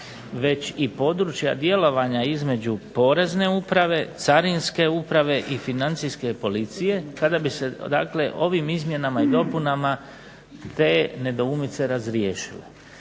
već i područja djelovanja između porezne uprave, carinske uprave i Financijske policije, tada bi se dakle ovim izmjenama i dopunama te nedoumice razriješile.